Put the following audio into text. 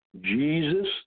Jesus